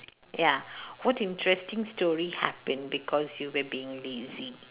ya what interesting story happened because you were being lazy